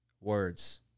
Words